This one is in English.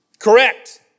Correct